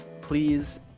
please